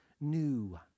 new